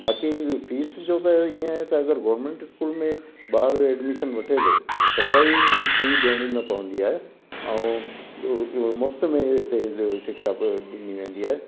बाक़ी फ़ीस जो त इअं आहे त अगरि गवर्मेंट स्कूल में ॿार एडमिशन वठे थो त कोई फ़ी ॾियणी न पवंदी आहे ऐं मुफ़्त में हिते हिते शिक्षा ॾिनी वेंदी आहे